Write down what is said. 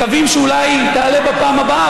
מקווים שאולי היא תעלה בפעם הבאה,